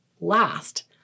last